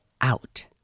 out